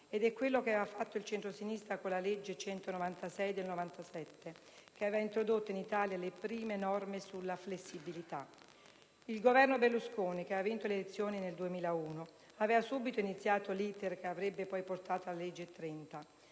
Ed è quello che aveva fatto il centrosinistra con la legge n. 196 del 1997, che aveva introdotto in Italia le prime norme sulla flessibilità. Il Governo Berlusconi, che aveva vinto le elezioni nel 2001, aveva subito iniziato l'*iter* che avrebbe poi portato alle legge n.